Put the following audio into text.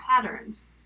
patterns